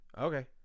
Okay